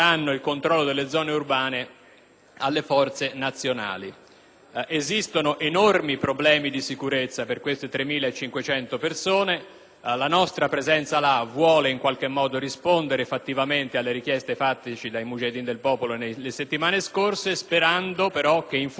alle forze nazionali. Esistono enormi problemi di sicurezza per 3.500 persone e la nostra presenza in quei luoghi vuole, in qualche modo, rispondere fattivamente alle richieste avanzateci dai Mujahedin del popolo nelle settimane scorse, sperando però che in futuro una delegazione ufficiale